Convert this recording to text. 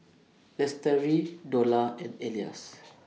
Lestari Dollah and Elyas